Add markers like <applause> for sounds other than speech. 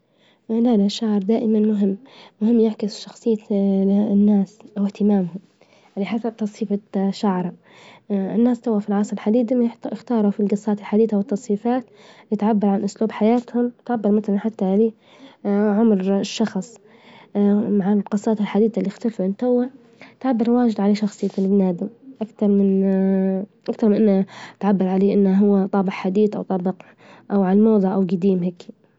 من إن الشعر دائما مهم، مهم يعكس شخصية <hesitation> الناس أو اهتمامهم، على حسب تصفيفة شعره، <hesitation> الناس توا في العصر الحديث اختاروا في الجصات الحديثة والتصفيفات، تعبر عن أسلوب حياتهم، تعبر مثلا حتى عليه <hesitation> عمر الشخص، <hesitation> مع الجصات الحديثة إللي اختلفت توا، تعبر واجد على شخصية البني آدم أكثر من <hesitation> إن تعبر عليه إنه هو طابع حديث أو طابع- أو على الموظة أو جديم هيكي.